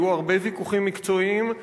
היו הרבה ויכוחים מקצועיים.